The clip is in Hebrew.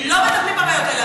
לא מטפלים בבעיות האלה.